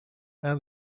and